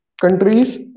countries